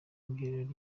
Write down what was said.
bwiherero